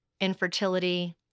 infertility